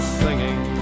singing